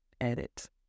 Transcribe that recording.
edit